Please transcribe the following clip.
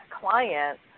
client